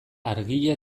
argia